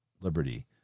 liberty